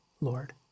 Lord